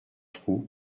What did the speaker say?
trou